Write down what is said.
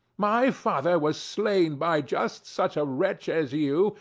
my father was slain by just such a wretch as you,